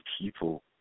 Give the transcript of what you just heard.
people